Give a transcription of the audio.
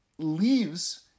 leaves